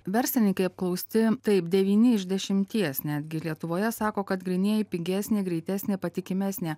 verslininkai apklausti taip devyni iš dešimties netgi lietuvoje sako kad grynieji pigesnė greitesnė patikimesnė